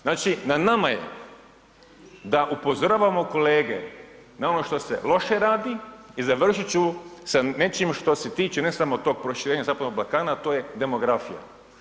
Znači na nama je da upozoravamo kolege na ono što se loše radi i završit ću sa nečim što se tiče ne samo tog proširenja zapadnog Balkana, a to je demografija.